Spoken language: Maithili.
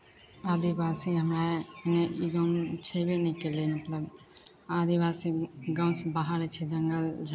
हमरा यहाँके सरकारी इसकुल अच्छा बहुत अच्छा रहै जैसे मास्टर सर भी आबै रहै डेली पढ़बै लए खातिर लेकिन